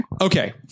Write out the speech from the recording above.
Okay